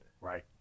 right